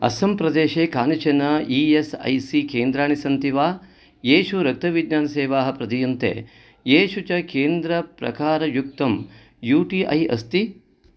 अस्सं प्रदेशे कानिचन E S I C केन्द्राणि सन्ति वा येषु रक्तविज्ञानसेवाः प्रदीयन्ते येषु च केन्द्रप्रकारयुक्तं यू टी ऐ अस्ति